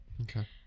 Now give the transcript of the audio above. Okay